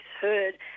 heard